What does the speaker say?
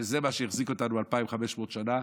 שזה מה שהחזיק אותנו 2,500 שנה.